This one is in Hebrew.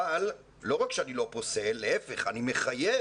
אבל לא רק שאני לא פוסל, להיפך, אני מחייב